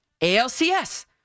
ALCS